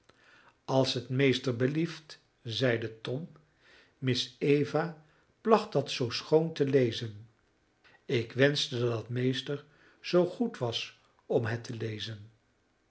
als het meester belieft zeide tom miss eva placht dat zoo schoon te lezen ik wenschte dat meester zoo goed was om het te lezen